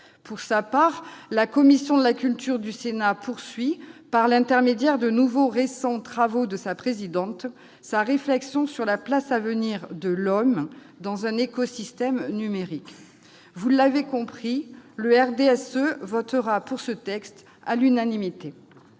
Pour sa part, la commission de la culture du Sénat poursuit, par l'intermédiaire de nouveaux travaux de sa présidente, sa réflexion sur la place à venir de l'homme dans un écosystème numérique. Vous l'aurez compris, le groupe du RDSE votera ce texte à l'unanimité.